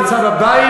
נמצא בבית,